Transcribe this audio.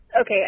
Okay